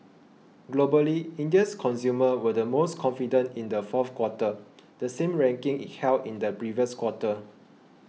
globally India's consumers were the most confident in the fourth quarter the same ranking it held in the previous quarter